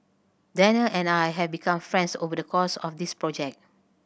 Danial and I have become friends over the course of this project